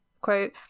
quote